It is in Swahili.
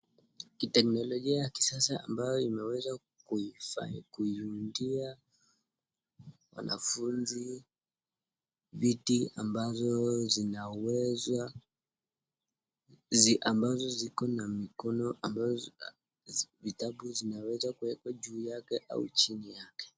Kiteknolojia ya kisasa ambayo imeweza kuiundia wanafunzi viti ambazo zinaweza ambazo ziko na mikono ambazo vitabu zinaweza kuwekwa juu yake au chini yake.